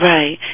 Right